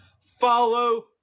follow